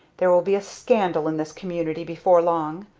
there will be a scandal in this community before long!